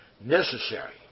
necessary